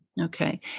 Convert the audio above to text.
Okay